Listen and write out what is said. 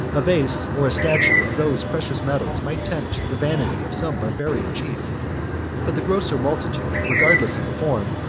a vase or a statue of those precious metals might tempt the vanity of some barbarian chief but the grosser multitude, regardless of the form,